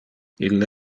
ille